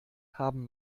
haben